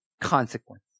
consequence